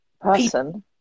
person